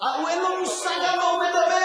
אין לו מושג על מה הוא מדבר.